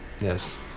yes